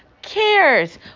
cares